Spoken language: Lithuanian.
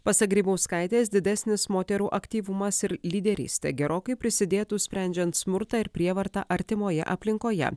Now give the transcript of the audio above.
pasak grybauskaitės didesnis moterų aktyvumas ir lyderystė gerokai prisidėtų sprendžiant smurtą ir prievartą artimoje aplinkoje